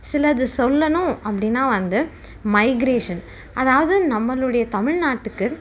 சிலது சொல்லணும் அப்படின்னா வந்து மைக்ரேஷன் அதாவது நம்மளுடைய தமிழ்நாட்டுக்கு